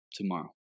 tomorrow